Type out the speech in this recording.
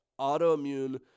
autoimmune